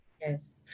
Yes